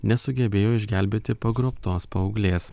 nesugebėjo išgelbėti pagrobtos paauglės